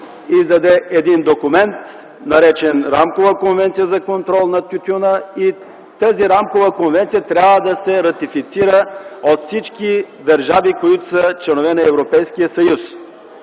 издаде един документ, наречен Рамкова конвенция за контрол на тютюна и че тя трябва да се ратифицира от всички държави – членки на Европейския съюз.